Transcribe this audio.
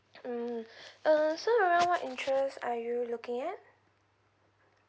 mm uh so around what interest are you looking at